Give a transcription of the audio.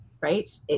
right